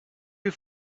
you